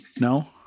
No